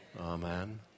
Amen